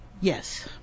Yes